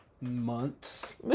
months